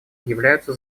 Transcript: являются